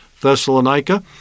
Thessalonica